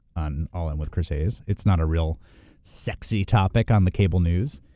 on all in with chris hayes, it's not a real sexy topic on the cable news.